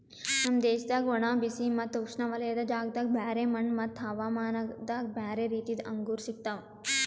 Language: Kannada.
ನಮ್ ದೇಶದಾಗ್ ಒಣ, ಬಿಸಿ ಮತ್ತ ಉಷ್ಣವಲಯದ ಜಾಗದಾಗ್ ಬ್ಯಾರೆ ಮಣ್ಣ ಮತ್ತ ಹವಾಮಾನದಾಗ್ ಬ್ಯಾರೆ ರೀತಿದು ಅಂಗೂರ್ ಸಿಗ್ತವ್